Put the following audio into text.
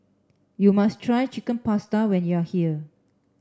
you must try Chicken Pasta when you are here